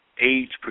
AIDS